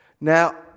Now